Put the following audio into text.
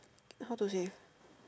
how to say